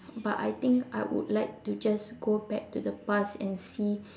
but I think I would like to just go back to the past and see